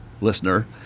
listener